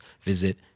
visit